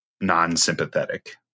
non-sympathetic